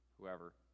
whoever